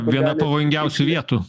viena pavojingiausių vietų